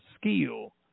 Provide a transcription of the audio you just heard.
skill